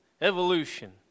Evolution